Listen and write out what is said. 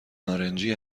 نارنجی